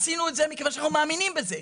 עשינו את זה מכיוון שאנחנו מאמינים בזה.